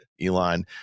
Elon